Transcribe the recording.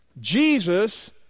Jesus